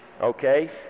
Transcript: Okay